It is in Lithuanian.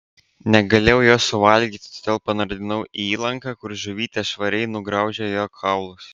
negalėjau jo suvalgyti todėl panardinau į įlanką kur žuvytės švariai nugraužė jo kaulus